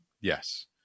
yes